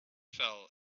fell